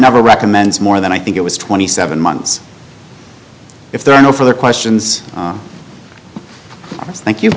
never recommends more than i think it was twenty seven months if there are no further questions thank you